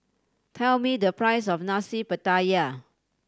tell me the price of Nasi Pattaya